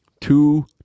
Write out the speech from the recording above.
Two